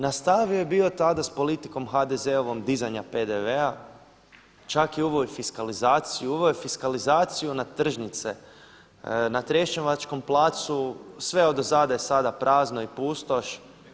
Nastavio je bio tada s politikom HDZ-ovom dizanja PDV-a, čak je uveo i fiskalizaciju, uveo je fiskalizaciju na tržnice, na trešnjevačkom placu sve odozada je sada prazno i pustoš.